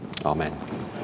amen